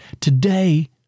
Today